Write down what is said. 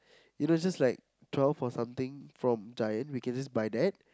you know just like twelve or something from Giant we can just buy that